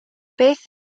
beth